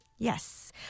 Yes